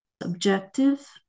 objective